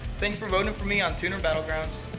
thanks for voting for me on tuner battlegrounds.